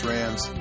Rams